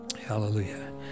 Hallelujah